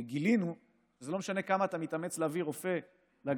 כי גילינו שזה לא משנה כמה אתה מתאמץ להביא רופא מהמרכז